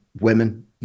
women